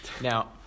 Now